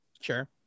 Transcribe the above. Sure